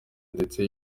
ndetse